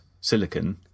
silicon